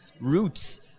roots